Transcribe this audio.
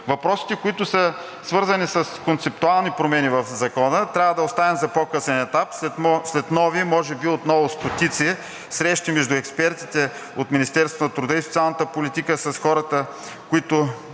Въпросите, които са свързани с концептуални промени в Закона, трябва да оставим за по-късен етап, след нови може би отново стотици срещи между експертите от Министерството на труда и социалната политика, с хората, които